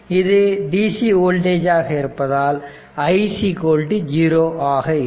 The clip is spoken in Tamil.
இது dc வோல்டேஜ் ஆக இருப்பதால் i0 ஆக இருக்கும்